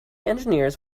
engineers